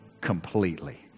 Completely